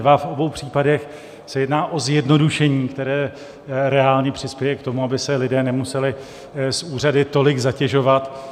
V obou případech se jedná o zjednodušení, které reálně přispěje k tomu, aby se lidé nemuseli s úřady tolik zatěžovat.